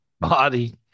body